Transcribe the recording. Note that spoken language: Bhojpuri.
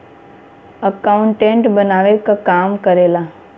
अकाउंटेंट बनावे क काम करेला